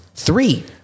Three